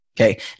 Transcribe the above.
Okay